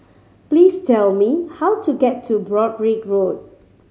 please tell me how to get to Broadrick Road